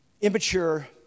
immature